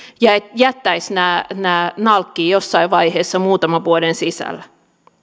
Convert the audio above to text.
jättäisivät nämä nalkkiin jossain vaiheessa muutaman vuoden sisällä